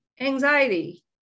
anxiety